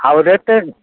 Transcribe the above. ଆଉ ରେଟ୍